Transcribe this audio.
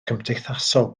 cymdeithasol